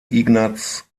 ignaz